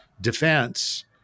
defense